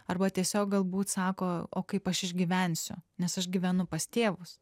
arba tiesiog galbūt sako o kaip aš išgyvensiu nes aš gyvenu pas tėvus